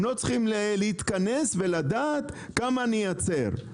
הם לא צריכים להתכנס ולדעת כמה הם ייצרו.